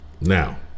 Now